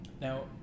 Now